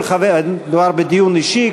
מדובר בדיון אישי.